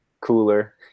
Cooler